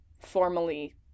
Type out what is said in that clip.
formally